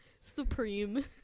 Supreme